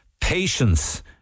patience